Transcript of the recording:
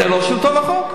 זה לא שלטון החוק?